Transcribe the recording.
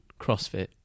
CrossFit